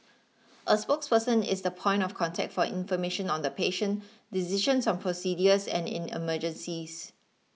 a spokesperson is the point of contact for information on the patient decisions on procedures and in emergencies